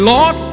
Lord